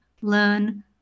learn